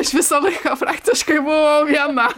aš visą laiką praktiškai buvau viena